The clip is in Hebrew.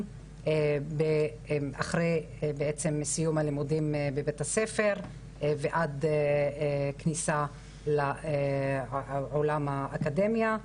אחרי סיום הלימודים בבית הספר ועד כניסה לעולם האקדמיה,